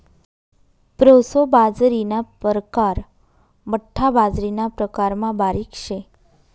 proso बाजरीना परकार बठ्ठा बाजरीना प्रकारमा बारीक शे